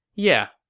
yeah,